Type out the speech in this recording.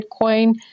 Bitcoin